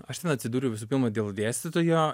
aš ten atsidūriau visų pirma dėl dėstytojo